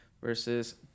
versus